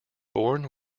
bourne